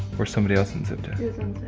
or somebody else unzipped it? it